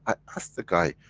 i asked the guy,